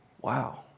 Wow